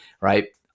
right